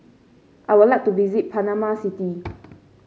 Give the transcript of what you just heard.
I would like to visit Panama City